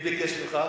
מי ביקש ממך?